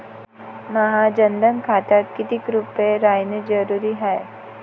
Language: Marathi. माह्या जनधन खात्यात कितीक रूपे रायने जरुरी हाय?